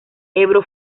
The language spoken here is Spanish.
ebro